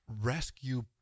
rescue